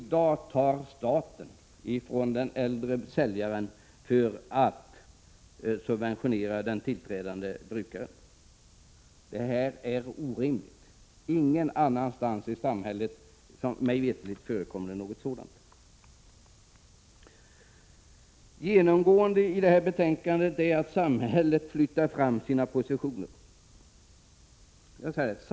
I dag tar staten pengar från säljaren för att subventionera den tillträdande brukaren. Det är orimligt. Något sådant förekommer mig veterligt ingen annanstans i samhället. Genomgående i betänkandet är att samhället flyttar fram sina positioner.